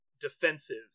defensive